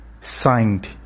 signed